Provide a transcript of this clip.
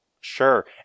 Sure